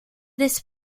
this